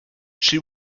she